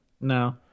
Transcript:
No